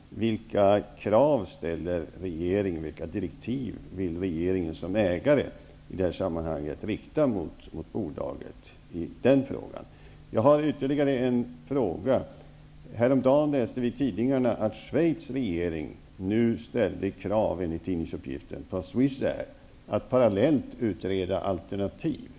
Vilka krav ställer regeringen? Vilka direktiv vill regeringen som ägare i det sammanhanget rikta mot bolaget? Häromdagen kunde vi läsa i tidningarna att Schweiz regering nu ställde krav på Swiss Air att parallellt utreda alternativ.